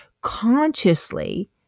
consciously